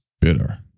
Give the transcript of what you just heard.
bitter